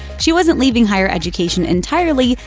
she wasn't leaving higher education entirely,